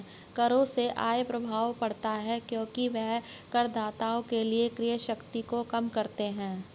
करों से आय प्रभाव पड़ता है क्योंकि वे करदाताओं के लिए क्रय शक्ति को कम करते हैं